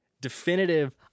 definitive